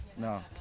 No